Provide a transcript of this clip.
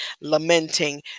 lamenting